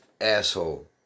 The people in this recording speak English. asshole